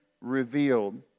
revealed